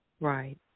Right